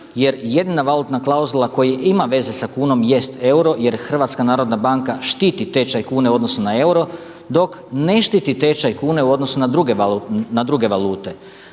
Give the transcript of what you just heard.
jer jedina valutna klauzula koja ima veze sa kunom jest euro jer HNB štiti tečaj kune u odnosu na euro, dok ne štiti tečaj kune u odnosu na druge valute.